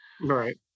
Right